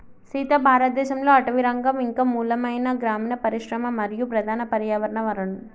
సీత భారతదేసంలో అటవీరంగం ఇంక మూలమైన గ్రామీన పరిశ్రమ మరియు ప్రధాన పర్యావరణ వనరు